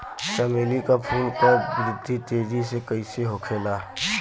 चमेली क फूल क वृद्धि तेजी से कईसे होखेला?